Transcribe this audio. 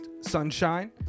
Sunshine